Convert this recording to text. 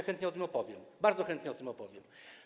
Chętnie o tym opowiem, bardzo chętnie o tym opowiem.